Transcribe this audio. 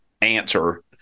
answer